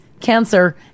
cancer